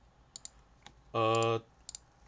uh